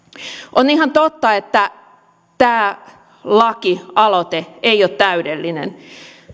on ihan totta että tämä lakialoite ei ole täydellinen